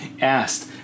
asked